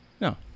No